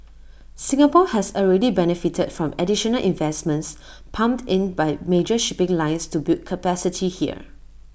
Singapore has already benefited from additional investments pumped in by major shipping lines to build capacity here